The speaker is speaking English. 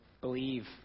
Believe